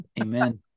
Amen